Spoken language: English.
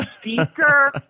speaker